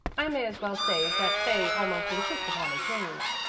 i may as well say that they almost insist upon a change.